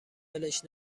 ولش